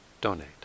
donate